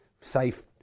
safe